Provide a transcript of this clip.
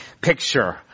picture